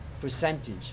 percentage